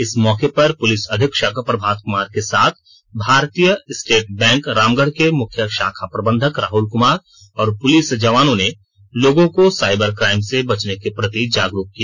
इस मौके पर पुलिस अधीक्षक प्रभात कुमार के साथ भारतीय स्टेट बैंक रामगढ़ के मुख्य शाखा प्रबंधक राहुल कुमार और पुलिस जवानों ने लोगों को साइबर क्राइम से बचने के प्रति जागरूक किया